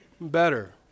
better